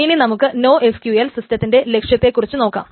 ഇനി നമുക്ക് NoSQL സിസ്റ്റത്തിന്റെ ലക്ഷ്യത്തെക്കുറിച്ച് നോക്കാം